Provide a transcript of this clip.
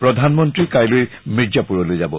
প্ৰধানমন্ত্ৰী কাইলৈ মিৰ্জাপুৰলৈ যাব